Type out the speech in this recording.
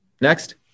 Next